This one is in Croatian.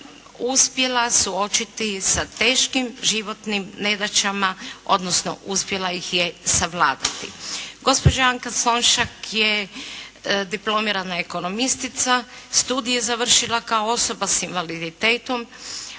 uspjela suočiti sa teškim životnim nedaćama odnosno uspjela ih je savladati. Gospođa Anka Slonjšak je diplomirana ekonomistica, studij je završila kao osoba s invaliditetom